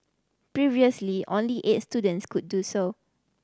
previously only eight students could do so